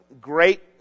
great